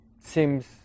seems